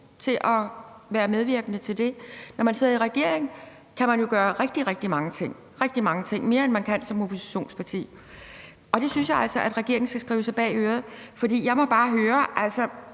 til at medvirke til det. Når man sidder i regering, kan man jo gøre rigtig, rigtig mange ting – mange flere ting, end man kan som oppositionsparti, og det synes jeg altså regeringen skal skrive sig bag øret. Man kunne måske rette